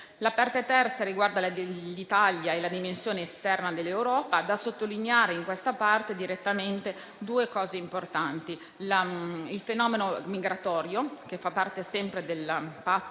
La Parte terza riguarda l'Italia e la dimensione esterna dell'Europa. Da sottolineare, in questa parte, due cose importanti: il fenomeno migratorio, che fa parte sempre del Patto